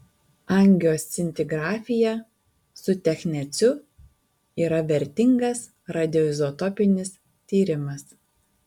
angioscintigrafija su techneciu yra vertingas radioizotopinis tyrimas